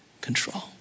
control